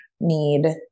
need